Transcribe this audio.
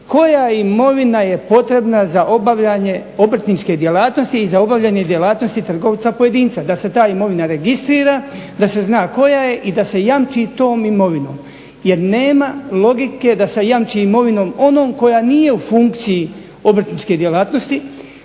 koja imovina je potrebna za obavljanje obrtničke djelatnosti i za obavljanje djelatnosti trgovca pojedinca, da se ta imovina registrira, da se zna koja je i da se jamči tom imovinom jer nema logike da se jamči imovinom onom koja nije u funkciji obrtničke djelatnosti.